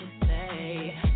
say